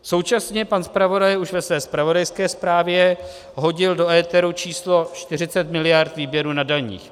Současně pan zpravodaj už ve své zpravodajské zprávě vhodil do éteru číslo 40 mld. výběru na daních.